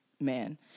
man